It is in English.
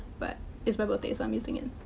but it's my birthday' so i'm using it.